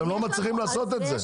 אתם לא מצליחים לעשות את זה.